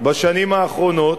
בשנים האחרונות.